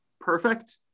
perfect